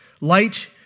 Light